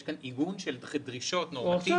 יש כאן אימוץ של דרישות נורמטיביות.